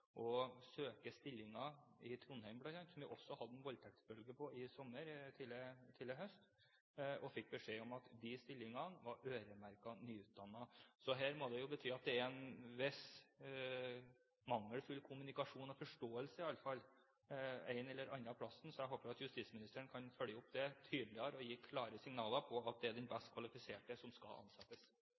i Trondheim, bl.a. – der det også var en voldtektsbølge i sommer/tidlig i høst – som fikk beskjed om at de stillingene var øremerket nyutdannede. Det må jo bety at det er litt mangelfull kommunikasjon, iallfall mangelfull forståelse, et eller annet sted. Så jeg håper at justisministeren kan følge opp dette tydeligere, og gi klare signaler om at det er den best kvalifiserte som skal ansettes.